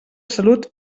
salut